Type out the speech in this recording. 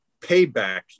payback